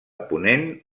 ponent